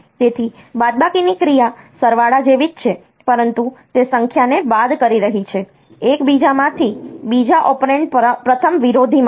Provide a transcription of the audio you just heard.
તેથી બાદબાકીની ક્રિયા સરવાળા જેવી જ છે પરંતુ તે સંખ્યાને બાદ કરી રહી છે એક બીજા માંથી બીજા ઓપરેન્ડ પ્રથમ વિરોધીમાંથી